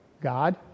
God